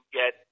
get